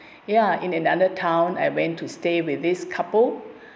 ya in another town I went to stay with this couple